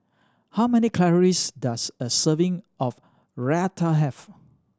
how many calories does a serving of Raita have